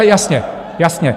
Jasně, jasně.